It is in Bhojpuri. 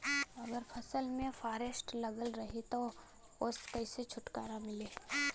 अगर फसल में फारेस्ट लगल रही त ओस कइसे छूटकारा मिली?